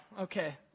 okay